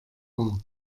war